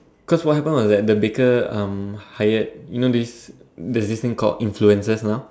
cause what happen was that the baker um hired you know this there's this thing called influencers now